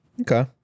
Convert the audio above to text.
Okay